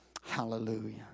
Hallelujah